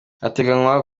hateganywa